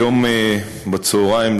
היום בצהריים,